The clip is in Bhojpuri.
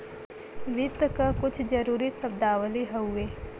वित्त क कुछ जरूरी शब्दावली हउवे